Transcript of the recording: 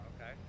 okay